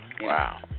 Wow